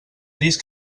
trist